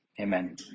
Amen